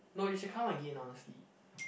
no you should come again honestly